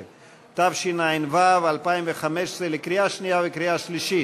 16), התשע"ו 2015, לקריאה שנייה וקריאה שלישית.